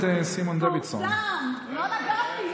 לא נגעתי.